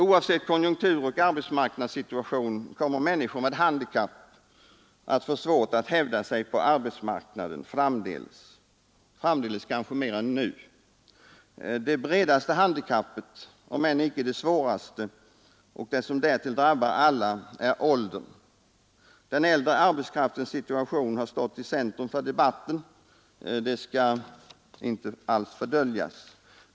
Oavsett konjunkturoch arbetsmarknadssituationen kommer människor med handikapp att få svårt att hävda sig på arbetsmarknaden, framdeles sannolikt mer än hittills. Det bredaste handikappet, om än icke det svåraste, och det som därtill drabbar alla är åldern. Den äldre arbetskraftens situation har stått i centrum för debatten, det skall inte alls fördöljas.